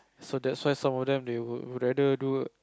so that's why some of them they would rather do